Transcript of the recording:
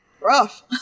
rough